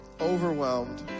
overwhelmed